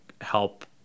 help